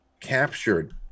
captured